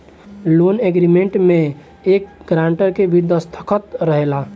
loan agreement में एक guarantor के भी दस्तख़त रहेला